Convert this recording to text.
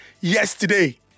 yesterday